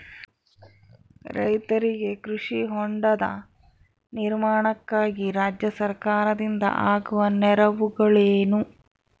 ರೈತರಿಗೆ ಕೃಷಿ ಹೊಂಡದ ನಿರ್ಮಾಣಕ್ಕಾಗಿ ರಾಜ್ಯ ಸರ್ಕಾರದಿಂದ ಆಗುವ ನೆರವುಗಳೇನು?